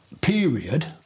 period